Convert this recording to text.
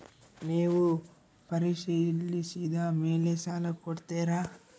ನೇವು ಪರಿಶೇಲಿಸಿದ ಮೇಲೆ ಸಾಲ ಕೊಡ್ತೇರಾ?